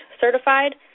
certified